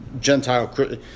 Gentile